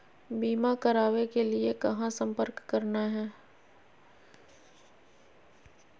बीमा करावे के लिए कहा संपर्क करना है?